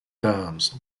times